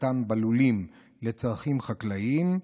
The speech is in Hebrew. והחזקתן בלולים לצרכים חקלאיים).